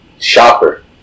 shopper